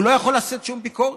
הוא לא יכול לשאת שום ביקורת,